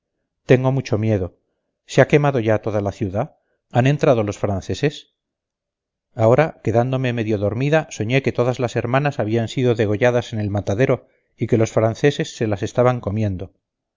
tengo mucho miedo se ha quemado ya toda la ciudad han entrado los franceses ahora quedándome medio dormida soñé que todas las hermanas habían sido degolladas en el matadero y que los franceses se las estaban comiendo